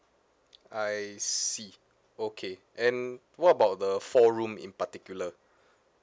I see okay and what about the four room in particular